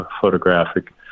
photographic